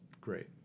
Great